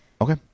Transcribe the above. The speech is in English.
Okay